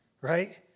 Right